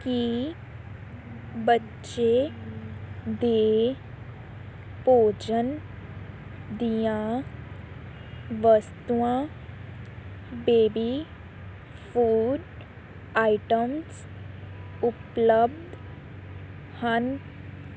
ਕੀ ਬੱਚੇ ਦੇ ਭੋਜਨ ਦੀਆਂ ਵਸਤੂਆਂ ਬੇਬੀ ਫੂਡ ਆਈਟਮਸ ਉਪਲਬਧ ਹਨ